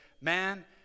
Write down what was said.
man